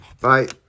bye